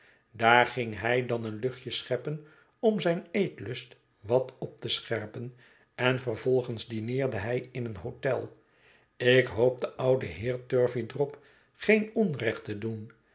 daar ging hij dan een luchtje scheppen om zijn eetlust wat op te scherpen en vervolgens dineerde hij in een hotel ik hoop den ouden heer turveydrop geen onrecht te doen